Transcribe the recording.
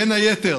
בין היתר